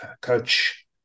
Coach